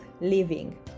living